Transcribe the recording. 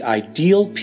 ideal